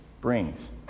brings